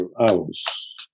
hours